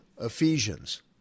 Ephesians